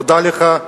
תודה לך.